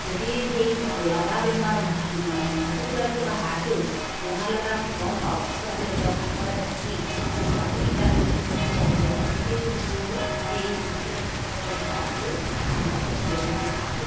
যদি সেই লগা বেমাৰ কুকুৰাটো বা হাঁহটোত বেমাৰ লগা আমি গম পাওঁ তেতিয়াহ'লে তেওঁক আঁতৰাই ৰাখি যদি বাকীকেইটাক আমি সুৰক্ষিত কৰিব পাৰোঁ সেই বুলিও সেই সুৰক্ষিত কৰি ৰখাটো আমাৰ কৰ্তব্য বুলি ভাবোঁ